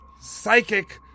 psychic